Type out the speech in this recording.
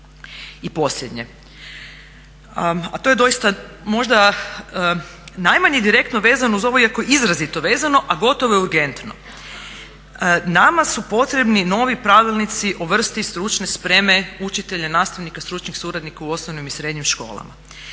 I posljednje, a to je doista možda najmanje direktno vezano uz ovo iako izrazito vezano, a gotovo je urgentno. Nama su potrebni novi pravilnici o vrsti stručne spreme učitelja, nastavnika, stručnih suradnika u osnovnim i srednjim školama.